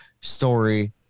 story